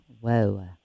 Whoa